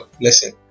listen